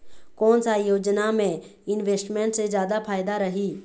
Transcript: कोन सा योजना मे इन्वेस्टमेंट से जादा फायदा रही?